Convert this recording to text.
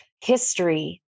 history